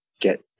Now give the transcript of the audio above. get